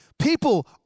People